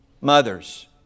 Mothers